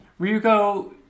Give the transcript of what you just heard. Ryuko